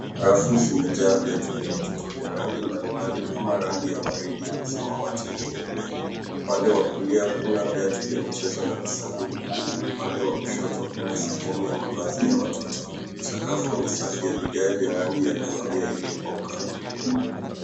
Rafu zimejaa viatu vya watoto vya rangi mbalimbali kama rangi ya waridi, samawati na nyeupe. Upande wa kulia kuna viatu vya michezo na visanduku huku upande wa kushoto kuna sehemu ya mavazi ya watoto. Sakafu ni safi ya vigae vya rangi ya kahawia iliyokauka.